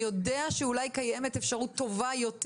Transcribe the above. אני יודע שאולי קיימת אפשרות טובה יותר.